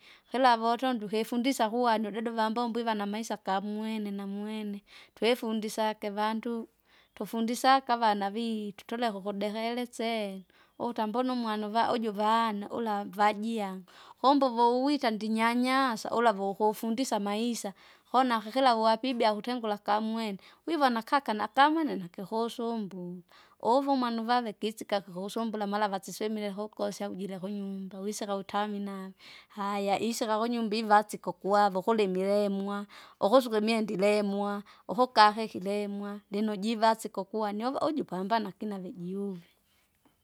Hilavu utonda uhifundisa kuwani udad uvambombo iva namaisa kamwene namwene, tweifundisa kevandu, tufundisake avana viitu tuleke ukudekeresana, ukuta mbona umwana uva ujuvaana ulavajie vajiangu, kumbe uvuwita ndinyanyasa ula vukufundisa amaisa, kona kakila uwapibia kutengula akamwene, wivona kaka nakamwene nakikusumbula, uvuma nuvave kisika kihusumbula mara vasisemile hukosya ujira kunyumba wisika utaminane, haya isika kunyumba ivasiko kuavo kulimilemwa. Ukusika imwenda ilemwa, ukukahe kilemwa, lino jivasike ukwanywa uva- ujupambana kina vijiuve.